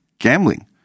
gambling